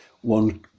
one